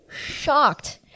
shocked